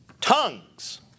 tongues